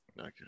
Okay